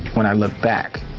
when i look back